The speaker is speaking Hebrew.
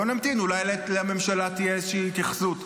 בואו נמתין, אולי לממשלה תהיה איזושהי התייחסות.